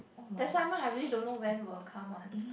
that sometimes I really don't know when will come one